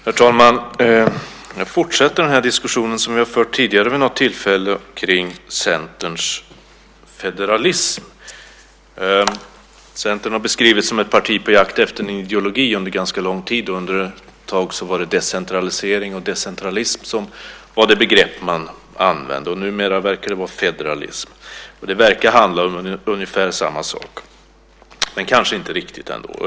Herr talman! Jag fortsätter den diskussion som vi fört tidigare vid något tillfälle om Centerns federalism. Centern har beskrivits som ett parti på jakt efter en ideologi under en ganska lång tid. Ett tag var det decentralisering och decentralism som var de begrepp man använde. Numera verkar det vara federalism. Och det verkar handla om ungefär samma sak, men kanske inte riktigt ändå.